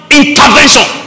intervention